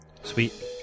sweet